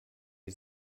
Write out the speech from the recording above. wie